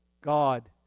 God